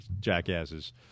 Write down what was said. Jackasses